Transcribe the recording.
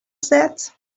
set